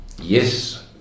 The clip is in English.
yes